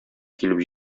килеп